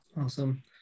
Awesome